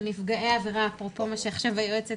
של נפגעי עבירה - אפרופו מה שעכשיו היועצת